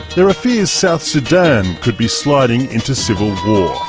there are fears south sudan could be sliding into civil war.